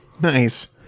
Nice